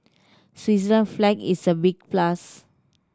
Switzerland flag is a big plus